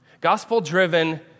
Gospel-driven